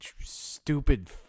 stupid